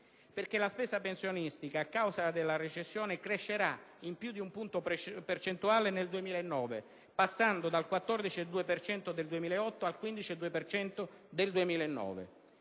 perché la spesa pensionistica - a causa della recessione - crescerà di più di un punto percentuale nel 2009, passando dal 14,2 per cento del 2008